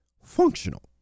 functional